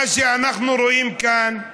מה שאנחנו רואים כאן,